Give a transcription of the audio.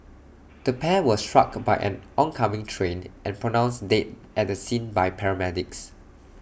the pair were struck by an oncoming train and pronounced dead at the scene by paramedics